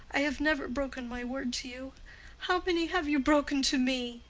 i have never broken my word to you how many have you broken to me?